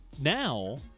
now